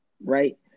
right